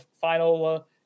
final